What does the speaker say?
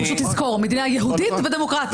פשוט תזכור, מדינה יהודית ודמוקרטית.